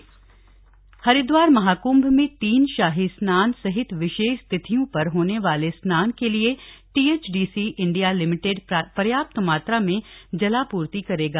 ट्टीएचडीसी कुंभ हरिद्वार महाकृभ में तीन शाही स्नान सहित विशेष तिथियों पर होने वाले स्नान के लिए टीएचडीसी इंडिया लिमिटेड पर्याप्त मात्रा में जलापूर्ति करेगा